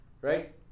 Right